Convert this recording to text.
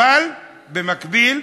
אבל, במקביל,